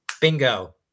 Bingo